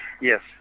Yes